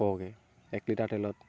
সৰহকে এক লিটাৰ তেলত